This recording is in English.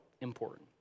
important